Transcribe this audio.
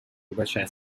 небольшая